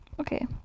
Okay